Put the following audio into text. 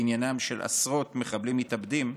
בעניינם של עשרות מחבלים מתאבדים,